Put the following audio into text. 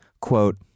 Quote